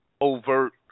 overt